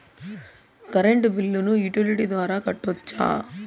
Current బిల్లును utility ద్వారా కట్టొచ్చా?